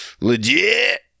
legit